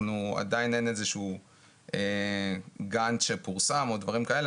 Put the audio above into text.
עדיין אין איזה שהוא גנט שפורסם או דברים כאלה